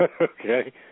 Okay